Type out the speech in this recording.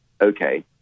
okay